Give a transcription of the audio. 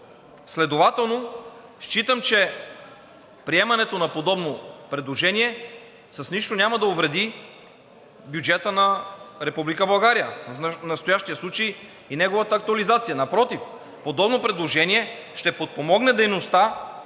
Следователно считам, че приемането на подобно предложение с нищо няма да увреди бюджета на Република България, а в настоящия случай и неговата актуализация. Напротив, подобно предложение ще подпомогне дейността